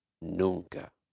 nunca